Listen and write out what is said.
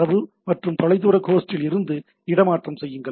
தரவு மற்றும் தொலைதூர ஹோஸ்ட்டில் இருந்து இடமாற்றம் செய்யுங்கள்